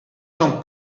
son